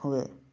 ହୁଏ